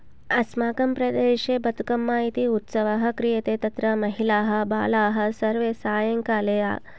अस्माकं प्रदेशे बदुकम्मा इति उत्सवः क्रियते तत्र महिलाः बालाः सर्वे सायंकाले